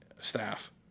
staff